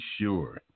sure